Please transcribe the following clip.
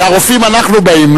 לרופאים אנחנו באים,